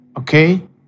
okay